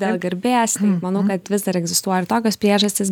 dėl garbės manau kad vis dar egzistuoja tokios priežastys